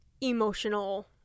emotional